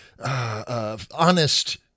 Honest